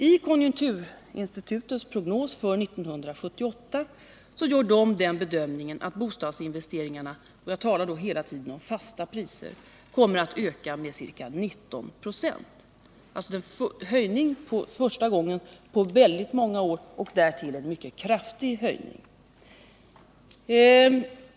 I konjunkturinstitutets prognos för 1978 görs bedömningen att bostadsinvesteringarna — jag talar då hela tiden om fasta priser — kommer att öka med ca 19 96, alltså en höjning för första gången på många år och därtill en mycket kraftig höjning.